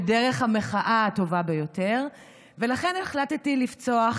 ודרך המחאה הטובה ביותר, ולכן החלטתי לפצוח